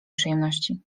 przyjemności